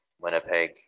Winnipeg